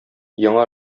яңа